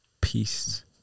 Peace